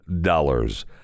dollars